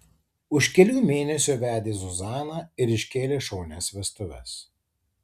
už kelių mėnesių vedė zuzaną ir iškėlė šaunias vestuves